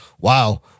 wow